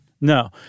No